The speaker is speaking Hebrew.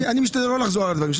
אני משתדל לא לחזור על דברים.